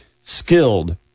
skilled